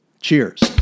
Cheers